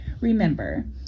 Remember